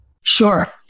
Sure